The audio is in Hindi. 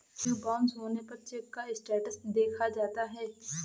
चेक बाउंस होने पर चेक का स्टेटस देखा जाता है